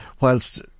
whilst